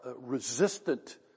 resistant